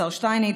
השר שטייניץ.